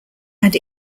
had